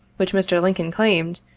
which mr. lincoln claimed,